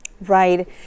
Right